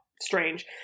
strange